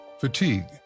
fatigue